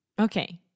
Okay